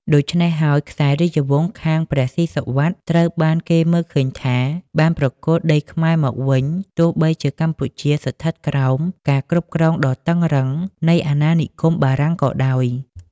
ដូច្នេះហើយ ខ្សែរាជវង្សខាងព្រះស៊ីសុវត្ថិត្រូវបានគេមើលឃើញថា បានប្រគល់ដីខ្មែរមកវិញ ទោះបីជាកម្ពុជាស្ថិតនៅក្រោមការគ្រប់គ្រងដ៏តឹងរ៉ឹងនៃអាណានិគមបារាំងក៏ដោយ។